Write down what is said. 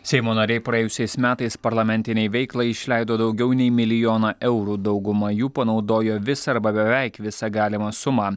seimo nariai praėjusiais metais parlamentinei veiklai išleido daugiau nei milijoną eurų dauguma jų panaudojo visą arba beveik visą galimą sumą